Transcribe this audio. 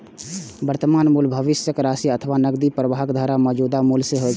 वर्तमान मूल्य भविष्यक राशि अथवा नकदी प्रवाहक धाराक मौजूदा मूल्य होइ छै